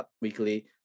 weekly